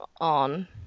on